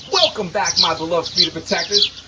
welcome back, my beloved freedom protectors.